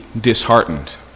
disheartened